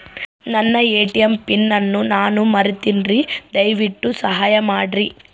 ನನ್ನ ATM PIN ಅನ್ನು ನಾನು ಮರಿತಿನ್ರಿ, ದಯವಿಟ್ಟು ಸಹಾಯ ಮಾಡ್ರಿ